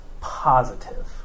positive